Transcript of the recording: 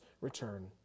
return